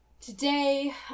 Today